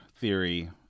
theory